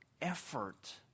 effort